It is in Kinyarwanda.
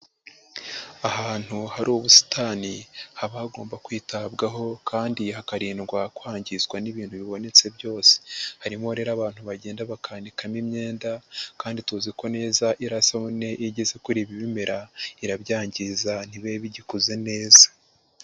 Ahantu hari ubusitani haba hagomba kwitabwaho kandi hakarindwa kwangizwa n'ibintu bibonetse byose, harimo rero abantu bagenda bakanikamo imyenda kandi tuzi ko neza irasabune iyo igeze kuri ibi bimera irabyangiza ntibibe bigikuze neza.